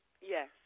Yes